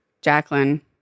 Jacqueline